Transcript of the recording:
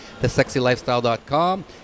thesexylifestyle.com